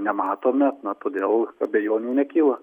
nematom mes na todėl abejonių nekyla